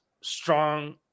strong